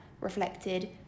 reflected